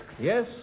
Yes